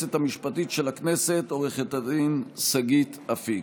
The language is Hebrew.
היועצת המשפטית של הכנסת עו"ד שגית אפיק.